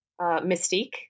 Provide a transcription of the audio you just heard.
Mystique